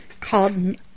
called